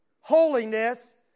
holiness